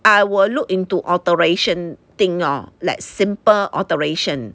I will look into alteration thing lor like simple alteration